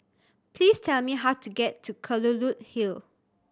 please tell me how to get to Kelulut Hill